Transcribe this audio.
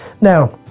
Now